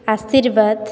ଆଶୀର୍ବାଦ